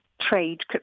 trade